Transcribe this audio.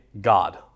God